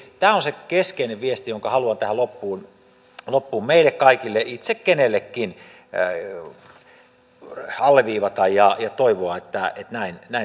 tämä on se keskeinen viesti jonka haluan tähän loppuun meille kaikille itse kenellekin alleviivata ja toivoa että näin toimittaisiin